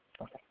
Okay